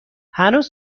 هنوز